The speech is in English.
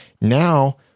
Now